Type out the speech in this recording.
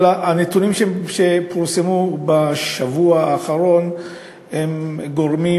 אבל הנתונים שפורסמו בשבוע האחרון הם גורמים